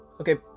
Okay